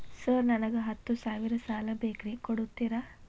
Sir ನನಗ ಹತ್ತು ಸಾವಿರ ಸಾಲ ಬೇಕ್ರಿ ಕೊಡುತ್ತೇರಾ?